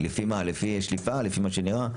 לפי מה, לפי שליפה, לפי מה שנראה?